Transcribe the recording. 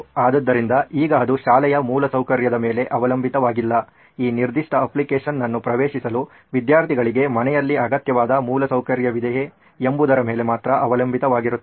ಆದ್ದರಿಂದ ಈಗ ಅದು ಶಾಲೆಯ ಮೂಲಸೌಕರ್ಯದ ಮೇಲೆ ಅವಲಂಬಿತವಾಗಿಲ್ಲ ಈ ನಿರ್ದಿಷ್ಟ ಅಪ್ಲಿಕೇಶನ್ ಅನ್ನು ಪ್ರವೇಶಿಸಲು ವಿದ್ಯಾರ್ಥಿಗಳಿಗೆ ಮನೆಯಲ್ಲಿ ಅಗತ್ಯವಾದ ಮೂಲಸೌಕರ್ಯವಿದೆಯೇ ಎಂಬುದರ ಮೇಲೆ ಮಾತ್ರ ಅವಲಂಬಿತವಾಗಿರುತ್ತದೆ